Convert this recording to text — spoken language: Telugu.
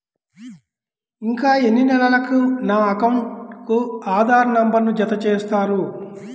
ఇంకా ఎన్ని నెలలక నా అకౌంట్కు ఆధార్ నంబర్ను జత చేస్తారు?